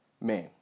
Man